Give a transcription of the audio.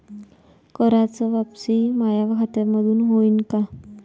कराच वापसी माया खात्यामंधून होईन का?